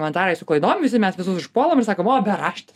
komentarai su klaidom visi mes visus užpuolam ir sakom o beraštis